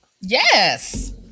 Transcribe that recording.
Yes